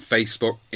Facebook